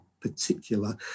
particular